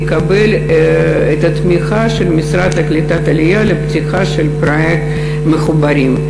יקבל את התמיכה של המשרד לקליטת העלייה לפתיחה של פרויקט "מחוברים".